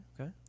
okay